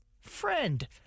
friend